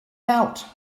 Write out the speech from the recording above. out